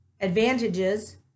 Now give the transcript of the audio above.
advantages